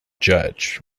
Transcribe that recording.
judge